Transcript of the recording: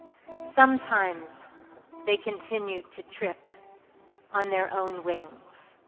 sometimes they continued to trip on their own wings.